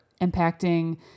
impacting